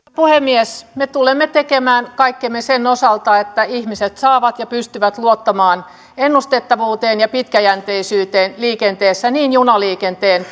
puhemies me tulemme tekemään kaikkemme sen osalta että ihmiset pystyvät luottamaan ennustettavuuteen ja pitkäjänteisyyteen liikenteessä niin junaliikenteen